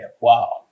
wow